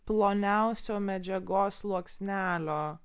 ploniausio medžiagos sluoksnelio